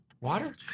Water